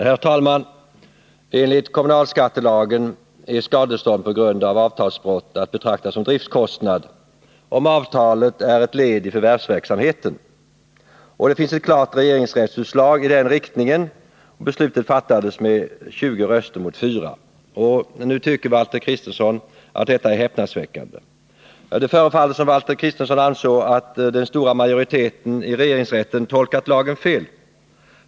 Herr talman! Enligt kommunalskattelagen är skadestånd på grund av avtalsbrott att betrakta som driftkostnad om avtalet är ett led i förvärvsverksamheten. Det finns ett klart regeringsrättsutslag i den riktningen. Beslutet fattades med 20 röster mot 4. Nu tycker Valter Kristenson att detta är häpnadsväckande. Det förefaller som om han anser att den stora majoriteten i regeringsrätten har tolkat lagen fel.